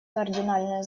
кардинальное